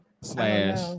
slash